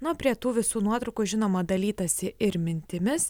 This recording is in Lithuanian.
nuo prie tų visų nuotraukų žinoma dalytasi ir mintimis